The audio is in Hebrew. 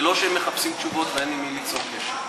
ולא שהם מחפשים תשובות ואין עם מי ליצור קשר.